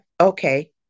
Okay